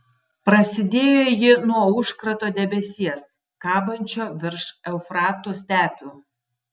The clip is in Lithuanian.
prasidėjo ji nuo užkrato debesies kabančio virš eufrato stepių